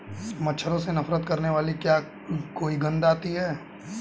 मच्छरों से नफरत करने वाली क्या कोई गंध आती है?